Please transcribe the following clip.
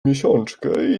miesiączkę